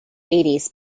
eighties